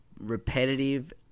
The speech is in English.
repetitive